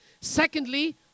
Secondly